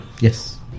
Yes